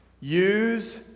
Use